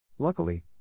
Luckily